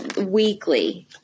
weekly